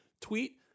tweet